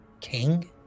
king